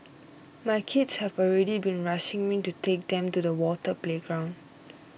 my kids have already been rushing me to take them to the water playground